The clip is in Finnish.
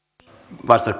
arvoisa